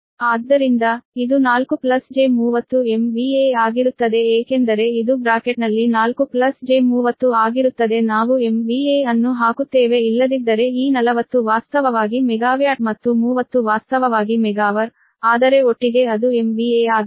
ಆದ್ದರಿಂದ ಇದು 4 j30 MVA ಆಗಿರುತ್ತದೆ ಏಕೆಂದರೆ ಇದು ಬ್ರಾಕೆಟ್ನಲ್ಲಿ 4 j30 ಆಗಿರುತ್ತದೆ ನಾವು MVA ಅನ್ನು ಹಾಕುತ್ತೇವೆ ಇಲ್ಲದಿದ್ದರೆ ಈ 40 ವಾಸ್ತವವಾಗಿ ಮೆಗಾ ಮೆಗಾವ್ಯಾಟ್ ಮತ್ತು 30 ವಾಸ್ತವವಾಗಿ ಮೆಗಾವರ್ ಆದರೆ ಒಟ್ಟಿಗೆ ಅದು MVA ಆಗಿದೆ